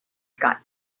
scott